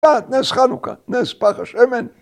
נס חנוכה, נס פך השמן...